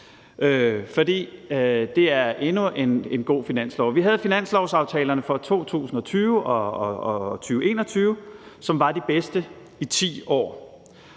for det er endnu en god finanslov. Vi havde finanslovsaftalerne for 2020 og 2021, som var de bedste i 10 år.